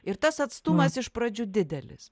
ir tas atstumas iš pradžių didelis